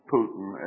Putin